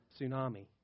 tsunami